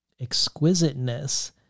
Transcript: exquisiteness